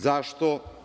Zašto?